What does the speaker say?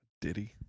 ditty